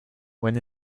when